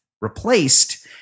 replaced